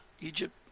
egypt